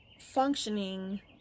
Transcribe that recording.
functioning